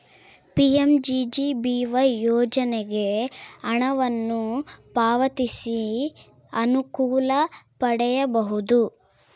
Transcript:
PMJJBY ಯೋಜನೆಗೆ ಹಣವನ್ನು ಪಾವತಿಸಿ ಅನುಕೂಲ ಪಡೆಯಬಹುದು